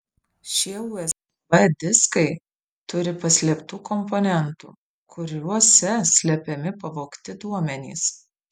šie usb diskai turi paslėptų komponentų kuriuose slepiami pavogti duomenys